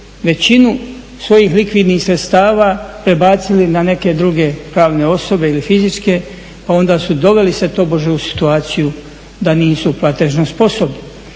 većinu svojih likvidnih sredstava prebacili na neke druge pravne osobe ili fizičke, pa onda su doveli se tobože u situaciju da nisu platežno sposobni.